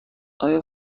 آیا